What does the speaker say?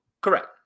Correct